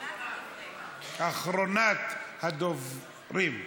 אחרונת הדוברים.